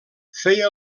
feia